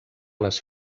les